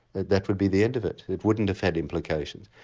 that that would be the end of it, it wouldn't have had implications.